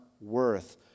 worth